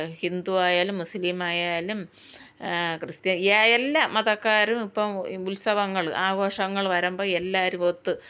ഹിന്ദു ആയാലും മുസ്ലിം ആയാലും ക്രിസ്തിയാനി എല്ലാ മതക്കാരും ഇപ്പം ഉത്സവങ്ങൾ ആഘോഷങ്ങൾ വരുമ്പോൾ എല്ലാവരും ഒത്ത്